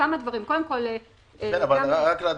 רק להדגיש.